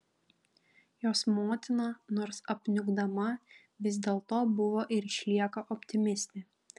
jos motina nors apniukdama vis dėlto buvo ir išlieka optimistė